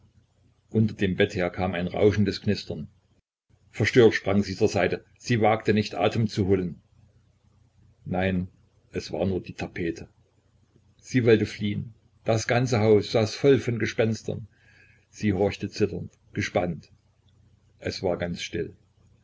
unter dem bett her kam ein rauschendes knistern verstört sprang sie zur seite sie wagte nicht atem zu holen nein es war nur in der tapete sie wollte fliehen das ganze haus saß voll von gespenstern sie horchte zitternd gespannt es war ganz still